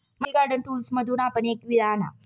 Mansi garden टूल्समधून आपण एक विळा आणा